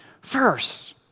first